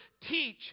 teach